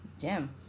Gem